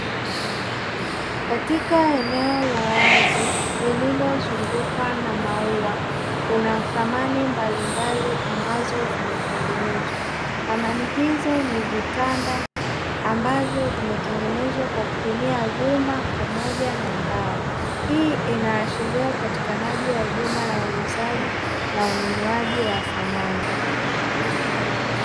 Katika eneo la wazi lililozungukwa na maua, kuna samani mbalimbali ambazo zimetengenezwa. Samani hizo ni vitanda ambavyo vimetengenezwa kwa kutumia vyuma pamoja na mbao. Hii inaashiria upatikanaji wa huduma ya uuzaji na ununuaji wa samani.